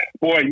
Boy